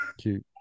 Cute